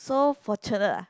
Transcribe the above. so fortunate uh